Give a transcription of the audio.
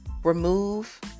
Remove